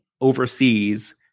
overseas